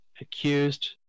accused